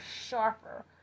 sharper